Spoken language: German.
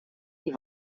die